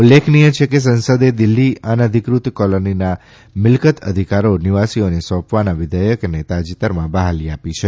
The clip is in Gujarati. ઉલ્લેખનીય છે કે સંસદે દિલ્હી અનધિકૃત કોલોનીના મિલ્કત અધિકારો નિવાસીઓને સોંપવાના વિધેયકને તાજેતરમાં બહાલી આપી છે